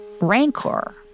rancor